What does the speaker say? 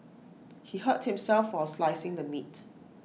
he hurt himself while slicing the meat